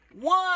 one